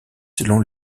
selon